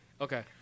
Okay